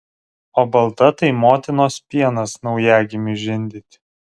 o balta tai motinos pienas naujagimiui žindyti